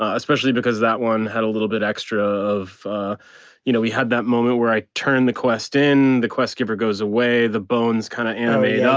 especially because that one had a little bit extra of you know, we had that moment where i turn the quest in the quest giver goes away the bones kind of animated.